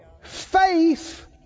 Faith